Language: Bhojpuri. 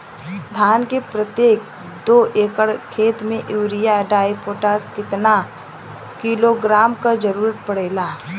धान के प्रत्येक दो एकड़ खेत मे यूरिया डाईपोटाष कितना किलोग्राम क जरूरत पड़ेला?